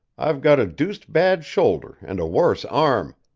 i've got a deuced bad shoulder and a worse arm,